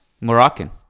moroccan